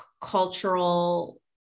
cultural